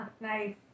Nice